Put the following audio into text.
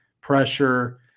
pressure